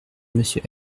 monsieur